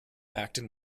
acton